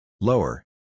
Lower